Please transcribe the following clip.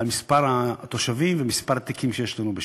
על מספר התושבים ומספר התיקים שיש לנו בשנה.